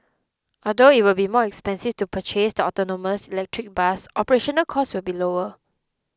although it will be more expensive to purchase the autonomous electric bus operational costs will be lower